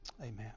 Amen